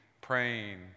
praying